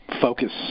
focus